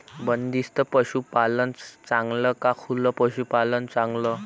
बंदिस्त पशूपालन चांगलं का खुलं पशूपालन चांगलं?